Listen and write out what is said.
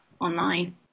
online